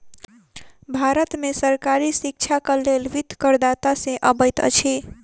भारत में सरकारी शिक्षाक लेल वित्त करदाता से अबैत अछि